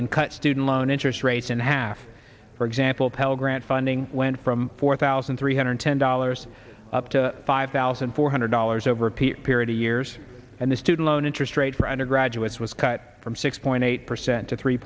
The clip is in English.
and cut student loan interest rates in half for example pell grant funding went from four thousand three hundred ten dollars up to five thousand four hundred dollars over a period of years and the student loan interest rate for undergraduates was cut from six point eight percent to three